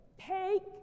Take